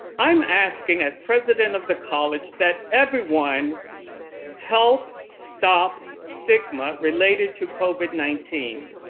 i'm asking as president of the college that everyone help stop stigma related to covid nineteen,